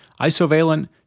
Isovalent